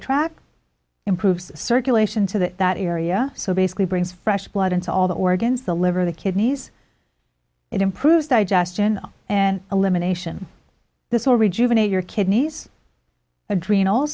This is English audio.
tract improves circulation to that that area so basically brings fresh blood into all the organs the liver the kidneys it improves digestion and elimination this will rejuvenate your kidneys adrenal